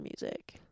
music